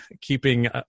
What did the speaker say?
keeping